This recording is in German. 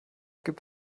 gibt